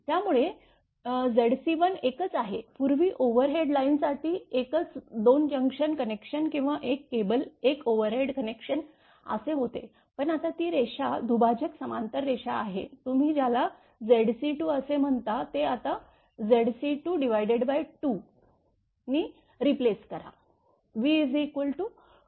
त्यामुळेZc1 एकच आहे पूर्वी ओव्हरहेड लाईनसाठी एकच २ जंक्शन कनेक्शन किंवा एक केबल एक ओव्हरहेड कनेक्शन असे होते पण आता ती रेषा दुभाजक समांतर रेषा आहे तुम्ही ज्याला Zc2 असे म्हणता ते आता Zc22 नी रीप्लेस करा